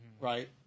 Right